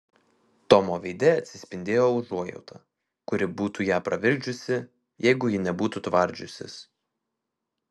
tomo veide atsispindėjo užuojauta kuri būtų ją pravirkdžiusi jeigu ji nebūtų tvardžiusis